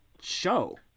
show